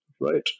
Right